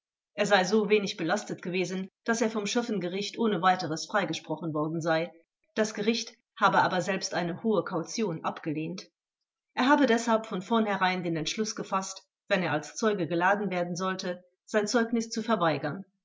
er sei so wenig belastet gewesen daß er vom schöffengericht ohne weiteres freigesprochen worden sei das gericht habe aber selbst eine hohe kaution abgelehnt er habe deshalb von vornherein den entschluß gefaßt wenn er als zeuge geladen werden sollte sein zeugnis zu verweigern